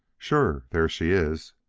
sure. there she is.